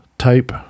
Type